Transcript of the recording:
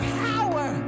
power